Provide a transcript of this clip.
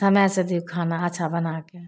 समयसे दियौ खाना अच्छा बनाके